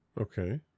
Okay